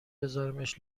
بذارمش